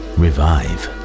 revive